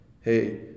Hey